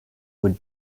would